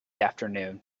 afternoon